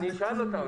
אני אשאל אותם,